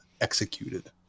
executed